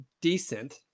decent